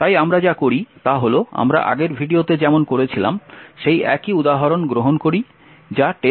তাই আমরা যা করি তা হল আমরা আগের ভিডিওতে যেমন করেছিলাম সেই একই উদাহরণ গ্রহণ করি যা testcodec